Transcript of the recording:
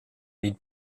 niet